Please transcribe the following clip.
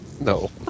No